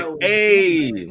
Hey